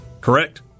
Correct